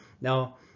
Now